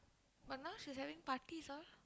but now she's having parties all